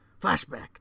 Flashback